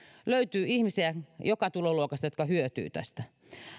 löytyy ihmisiä jotka hyötyvät tästä